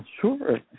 sure